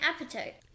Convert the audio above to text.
appetite